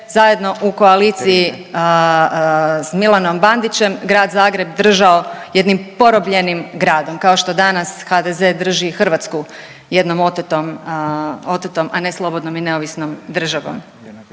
zajedno u koaliciji s Milanom Bandićem Grad Zagreb držao jednim porobljenim gradom kao što danas HDZ drži Hrvatsku jednom otetom, otetom, a ne slobodnom i neovisnom državom.